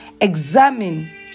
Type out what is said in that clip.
Examine